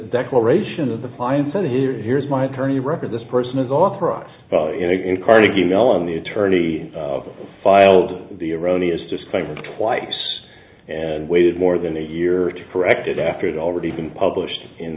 declaration of the pines and here here's my attorney record this person is off for ox in carnegie mellon the attorney filed the erroneous disclaimer twice and waited more than a year to correct it after it already been published in